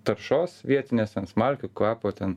taršos vietinės ten smalkių kvapo ten